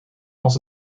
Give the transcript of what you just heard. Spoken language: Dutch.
als